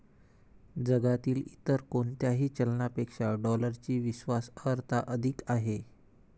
जगातील इतर कोणत्याही चलनापेक्षा डॉलरची विश्वास अर्हता अधिक आहे